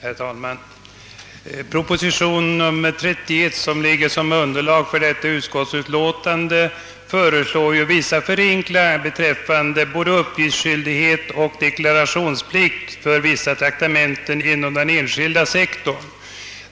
Herr talman! Proposition nr 31 som utgör underlag för detta utskottsutlåtan-/ de föreslår en del förenklingar beträffande uppgiftsskyldighet och deklarationsplikt för vissa traktamenten inom den enskilda sektorn.